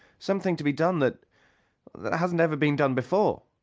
something to be done that that hasn't ever been done before!